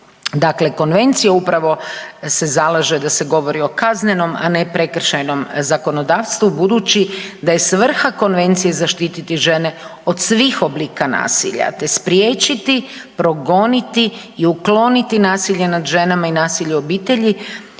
Dakle, konvencija upravo se zalaže da se govori o kaznenom, a ne prekršajnom zakonodavstvu budući da je svrha konvencije zaštititi žene o svih oblika nasilja te spriječiti progoniti i ukloniti nasilje nad ženama i nasilje u obitelji.